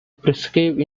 perceive